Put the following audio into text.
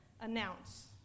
announce